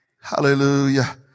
Hallelujah